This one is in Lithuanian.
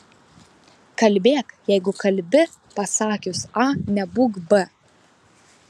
kalbėk jeigu kalbi pasakius a nebūk b